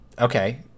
Okay